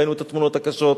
ראינו את התמונות הקשות.